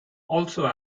also